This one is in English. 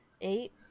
eight